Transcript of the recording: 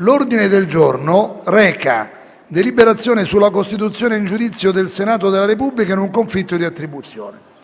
L'ordine del giorno reca la deliberazione sulla costituzione in giudizio del Senato della Repubblica in un conflitto di attribuzione.